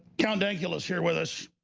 count dankula's here with us.